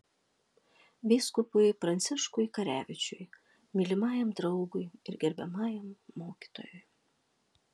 vyskupui pranciškui karevičiui mylimajam draugui ir gerbiamajam mokytojui